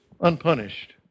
unpunished